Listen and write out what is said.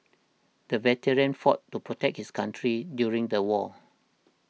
the veteran fought to protect his country during the war